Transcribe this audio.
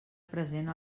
present